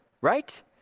right